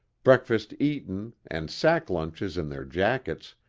breakfast eaten and sack lunches in their jackets,